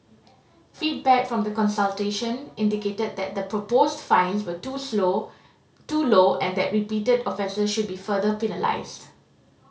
feedback from the consultation indicated that the proposed fines were too slow too low and that repeated offences should be further penalised